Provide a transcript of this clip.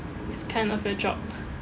it's kind of your job